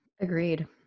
Agreed